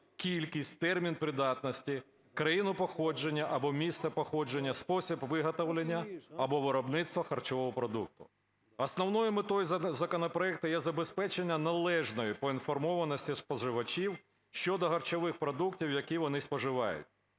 кількість, термін придатності, країну походження або місце походження, спосіб виготовлення або виробництво харчового продукту. Основною метою законопроекту є забезпечення належної поінформованості споживачів щодо харчових продуктів, які вони споживають.